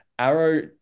Arrow